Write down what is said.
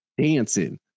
dancing